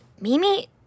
Mimi